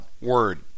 word